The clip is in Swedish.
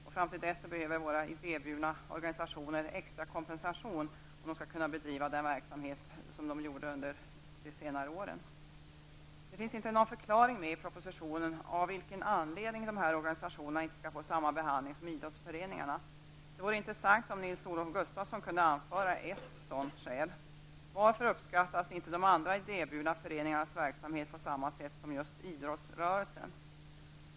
Tills det är färdigt behöver våra idéburna organisationer extra kompensation om de skall kunna bedriva den verksamhet de haft under senare år. Det finns inte något i propositionen som förklarar av vilken anledning dessa organisationer inte skall få samma behandling som idrottsföreningarna. Det vore intressant om Nils-Olof Gustafsson kunde anföra ett sådant skäl. Varför uppskattas inte de andra idéburna föreningarnas verksamhet på samma sätt som just idrottsrörelsen?